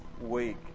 week